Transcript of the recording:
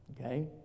Okay